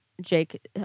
Jake